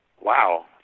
wow